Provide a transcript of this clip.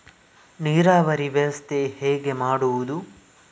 ನೀರಾವರಿ ವ್ಯವಸ್ಥೆ ಹೇಗೆ ಮಾಡುವುದು?